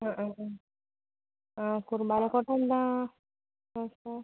ആ ആ ആ ആ കുറുമ്പാലക്കോട്ടെ എന്താണ് ആ ആ